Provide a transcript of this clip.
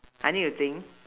I need to think